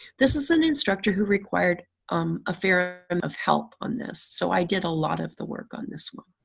this is an instructor who required um a fair amount um of help on this so i did a lot of the work on this one.